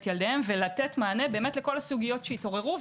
ילדיהם ולתת מענה לכל הסוגיות שהתעוררו.